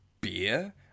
beer